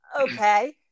okay